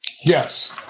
yes.